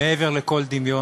היא מעבר לכל דמיון.